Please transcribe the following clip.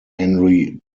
henry